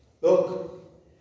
Look